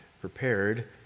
Prepared